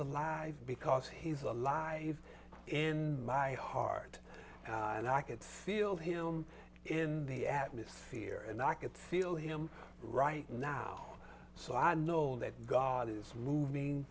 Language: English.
alive because he's alive in my heart and i can feel him in the atmosphere and i could feel him right now so i know that god is moving